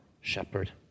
shepherd